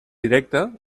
directa